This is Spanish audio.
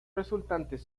resultantes